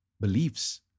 beliefs